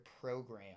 program